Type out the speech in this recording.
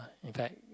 a guide